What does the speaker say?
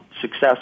success